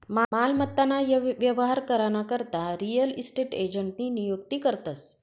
मालमत्ता ना व्यवहार करा ना करता रियल इस्टेट एजंटनी नियुक्ती करतस